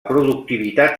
productivitat